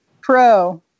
pro